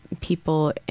people